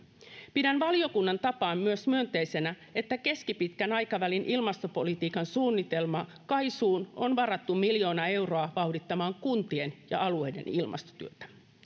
pidän valiokunnan tapaan myös myönteisenä että keskipitkän aikavälin ilmastopolitiikan suunnitelma kaisuun on varattu yhtenä miljoona euroa vauhdittamaan kuntien ja alueiden ilmastotyötä